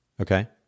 Okay